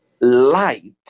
light